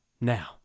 Now